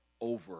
over